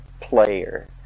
player